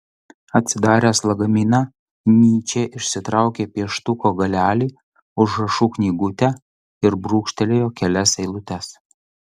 atsidaręs lagaminą nyčė išsitraukė pieštuko galelį užrašų knygutę ir brūkštelėjo kelias eilutes